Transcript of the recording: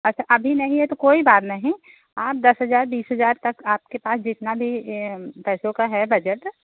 अच्छा अभी नहीं है तो कोई बात नहीं आप दस हज़ार बीस हज़ार तक आपके पास जितना भी पैसो का है बजट